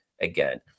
again